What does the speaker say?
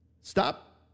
Stop